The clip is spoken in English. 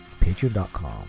patreon.com